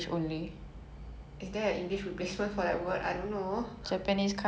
no japanese kind of vinegar or something